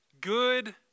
good